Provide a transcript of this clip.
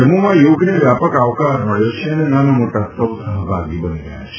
જમ્મુમાં યોગને વ્યાપક આવકાર મળ્યો છે અને નાના મોટા સૌ સહભાગી બની રહ્યા છે